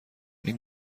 این